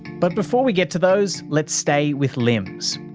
but before we get to those, let's stay with limbs.